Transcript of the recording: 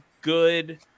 good